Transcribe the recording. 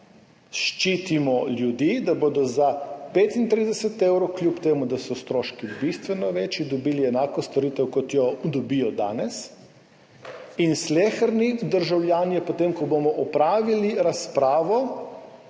ščitimo ljudi, da bodo za 35 evrov, kljub temu da so stroški bistveno večji, dobili enako storitev, kot jo dobijo danes. Sleherni državljan bo, potem ko bomo opravili razpravo,